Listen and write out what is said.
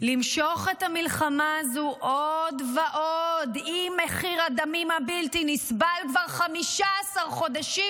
למשוך את המלחמה הזו עוד ועוד עם מחיר הדמים הבלתי-נסבל כבר 15 חודשים,